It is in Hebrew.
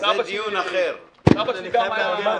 זה דיון אחר על הטעם.